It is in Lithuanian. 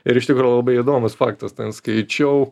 ir iš tikro labai įdomus faktas ten skaičiau